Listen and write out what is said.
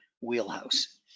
wheelhouse